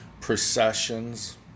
Processions